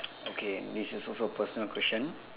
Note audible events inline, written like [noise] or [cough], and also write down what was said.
[noise] okay this is also a personal question